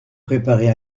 préparer